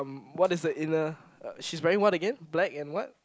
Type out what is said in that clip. what is the inner she's wearing what again black and what